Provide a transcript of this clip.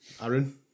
Aaron